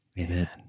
Amen